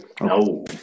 No